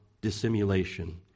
dissimulation